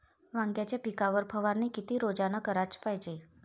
वांग्याच्या पिकावर फवारनी किती रोजानं कराच पायजे?